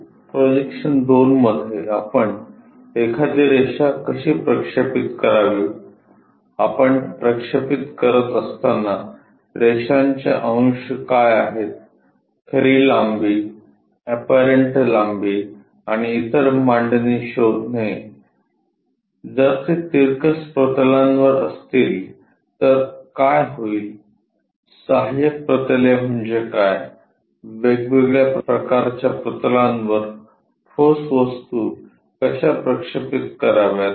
88 projection II मध्ये आपण एखादी रेषा कशी प्रक्षेपित करावीआपण प्रक्षेपित करत असताना रेषांचे अंश काय आहेतखरी लांबी एपरंट लांबी आणि इतर मांडणी शोधणे जर ते तिरकस प्रतलांवर असतील तर काय होईलसहाय्यक प्रतले म्हणजे काय वेगवेगळ्या प्रकारच्या प्रतलांवर ठोस वस्तू कश्या प्रक्षेपित कराव्यात